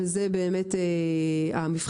וזה באמת המבחנים,